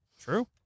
True